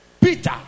Peter